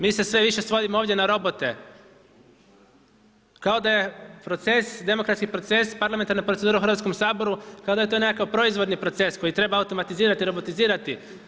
Mi se sve više svodimo ovdje na robote, kao da je proces, demokratski proces parlamentarna procedura u Hrvatskom saboru kao da je to nekakav proizvodni proces koji treba automatizirati, robotizirati.